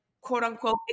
quote-unquote